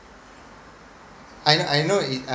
I know I know it uh